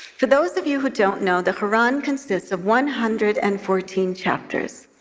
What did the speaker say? for those of you who don't know, the quran consists of one hundred and fourteen chapters,